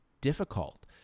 difficult